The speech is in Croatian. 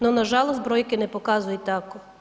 No, nažalost brojke ne pokazuju tako.